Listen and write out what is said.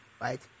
Right